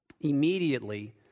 Immediately